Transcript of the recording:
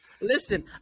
Listen